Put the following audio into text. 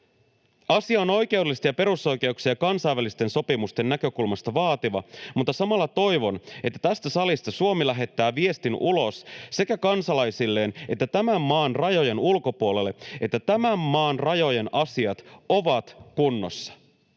”Asia on oikeudellisesti perusoikeuksien ja kansainvälisten sopimusten näkökulmasta vaativa, mutta samalla toivon, että tästä salista Suomi lähettää viestin ulos sekä kansalaisilleen että tämän maan rajojen ulkopuolelle, että tämän maan rajojen asiat ovat kunnossa.”